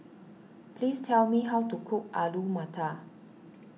please tell me how to cook Alu Matar